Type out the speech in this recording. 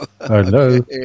Hello